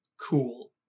cool